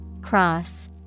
Cross